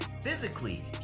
physically